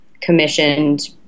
commissioned